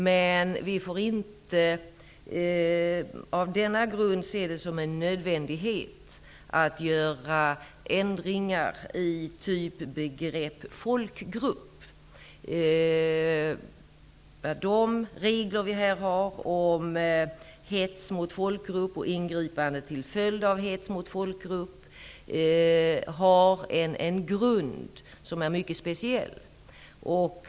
Men vi får inte på denna grund se det som en nödvändighet att göra ändringar i typbegreppet folkgrupp. De regler vi här har om hets mot folkgrupp och ingripande till följd av hets mot folkgrupp har en grund som är mycket speciell.